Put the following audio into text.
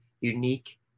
unique